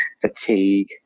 fatigue